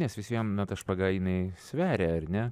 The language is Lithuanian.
nes vis vien na ta špaga jinai sveria ar ne